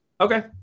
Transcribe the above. Okay